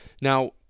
Now